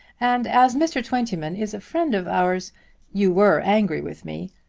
and as mr. twentyman is a friend of ours you were angry with me.